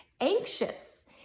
anxious